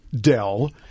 Dell